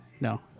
No